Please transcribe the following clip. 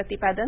प्रतिपादन